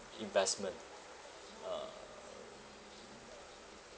investment ah